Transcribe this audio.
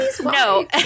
no